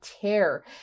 tear